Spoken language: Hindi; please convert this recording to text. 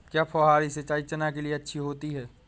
क्या फुहारी सिंचाई चना के लिए अच्छी होती है?